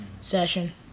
session